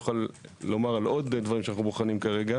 יוכל לספר על עוד דברים שאנחנו בוחנים כרגע.